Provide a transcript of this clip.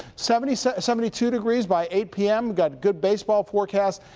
seventy so seventy two degrees, by eight p m. got good baseball forecast,